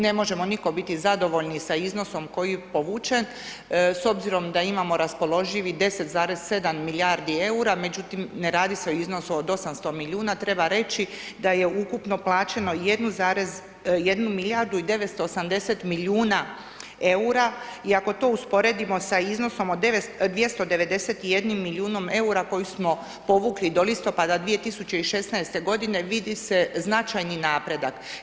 Ne možemo nitko biti zadovoljni sa iznosom koji je povučen s obzirom da imamo raspoloživih 10,7 milijardi eura međutim ne radi se o iznosu od 800 milijuna, treba reći da je ukupno plaćeno 1 milijardu i 980 milijuna eura i ako to usporedimo sa iznosom od 291 milijunom eura koji smo povukli do listopada 2016. godine vidi se značajni napredak.